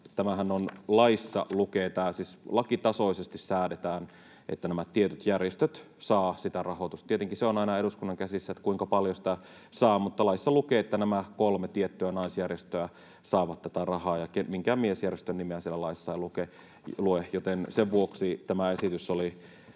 Tämä siis lakitasoisesti säädetään, että nämä tietyt järjestöt saavat sitä rahoitusta. Tietenkin se on aina eduskunnan käsissä, kuinka paljon sitä saa, mutta laissa lukee, että nämä kolme tiettyä naisjärjestöä saavat tätä rahaa — minkään miesjärjestön nimeä siellä laissa ei lue. Joten sen vuoksi tämä esitys oli